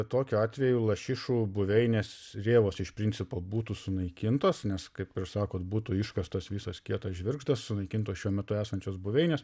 tokiu atveju lašišų buveinės rėvose iš principo būtų sunaikintos nes kaip ir sakot būtų iškastas visas kietas žvirgždas sunaikintos šiuo metu esančios buveinės